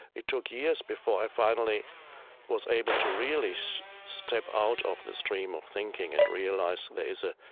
it took years before i finally was able to really so step out of the stream of thinking and realize, there is a